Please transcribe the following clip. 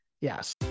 yes